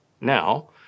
Now